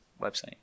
website